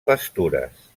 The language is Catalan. pastures